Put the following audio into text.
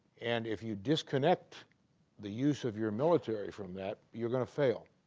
and if you disconnect the use of your military from that you're going to fail